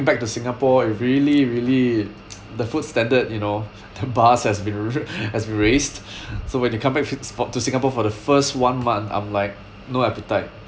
back to singapore it really really the food standard you know the bars has been has raised so when you come back to singapore for the first one month I'm like no appetite